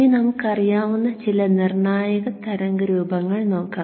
ഇനി നമുക്ക് അറിയാവുന്ന ചില നിർണായക തരംഗ രൂപങ്ങൾ നോക്കാം